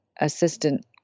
assistant